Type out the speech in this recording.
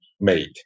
made